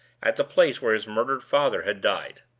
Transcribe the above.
at the place where his murdered father had died.